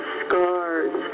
scars